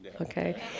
okay